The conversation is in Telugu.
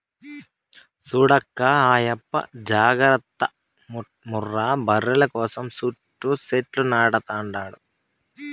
చూడక్కా ఆయప్ప జాగర్త ముర్రా బర్రెల కోసం సుట్టూ సెట్లు నాటతండాడు